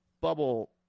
bubble